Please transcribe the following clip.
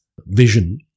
vision